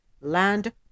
land